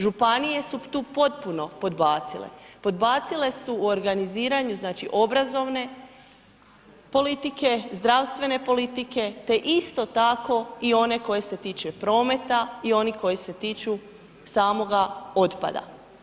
Županije su tu potpuno podbacile, podbacile su u organiziranju znači obrazovne politike, zdravstvene politike te isto tako i one koje se tiču prometa i onih koji se tiču samoga otpada.